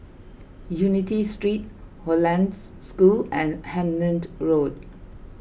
Unity Street Hollandse School and Hemmant Road